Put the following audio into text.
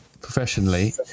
professionally